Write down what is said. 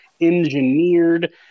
engineered